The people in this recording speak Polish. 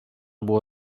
było